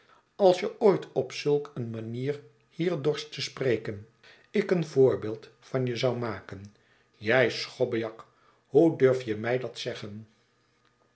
als je ooit op zulk eene manier hier dorst te spreken ik een voorbeeld van je zou maken jij schobbejak hoe durf je mij dat zeggen